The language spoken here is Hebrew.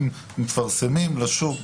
אם מפרסמים לשוק